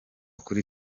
kuri